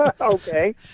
Okay